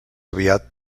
aviat